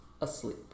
asleep